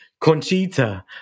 Conchita